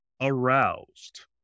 aroused